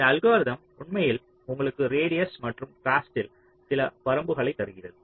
இந்த அல்கோரிதம் உண்மையில் உங்களுக்கு ரேடியஸ் மற்றும் காஸ்ட்டில் சில வரம்புகளைத் தருகிறது